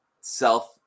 self